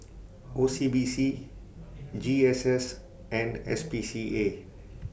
O C B C G S S and S P C A